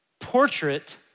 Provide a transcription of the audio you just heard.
portrait